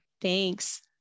Thanks